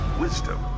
wisdom